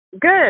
Good